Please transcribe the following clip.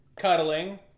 cuddling